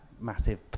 Massive